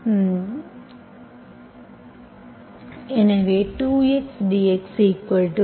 எனவே 2x dxdt